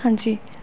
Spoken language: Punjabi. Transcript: ਹਾਂਜੀ